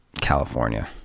California